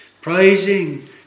praising